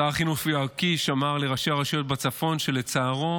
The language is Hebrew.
שר החינוך יואב קיש אמר לראשי הרשויות בצפון שלצערו